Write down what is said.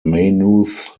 maynooth